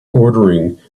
ordering